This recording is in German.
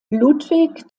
ludwig